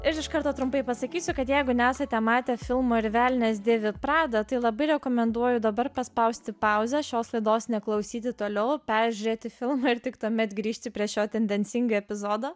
ir iš karto trumpai pasakysiu kad jeigu nesate matę filmo ir velnias dėvi pradą tai labai rekomenduoju dabar paspausti pauzę šios laidos neklausyti toliau peržiūrėti filmą ir tik tuomet grįžti prie šio tendencingai epizodo